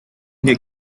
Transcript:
the